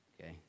okay